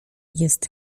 jest